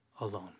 Alone